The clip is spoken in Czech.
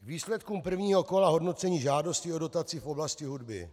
K výsledkům prvního kola hodnocení žádostí o dotaci v oblasti hudby.